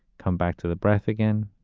come back to the breath again.